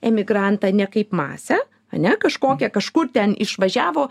emigrantą ne kaip masę ane kažkokią kažkur ten išvažiavo